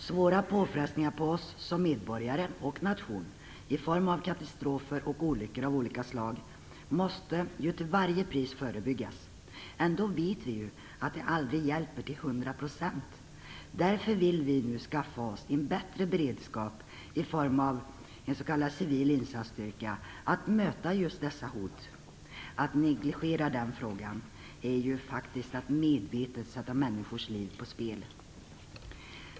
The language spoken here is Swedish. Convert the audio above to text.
Svåra påfrestningar på oss som medborgare och nation i form av katastrofer och olyckor av olika slag måste till varje pris förebyggas. Ändå vet vi att det aldrig hjälper till hundra procent. Därför vill vi nu, för att möta just detta hot, skaffa oss en bättre beredskap i form en s.k. civil insatsstyrka. Att negligera den frågan är faktiskt att medvetet sätta människors liv på spel.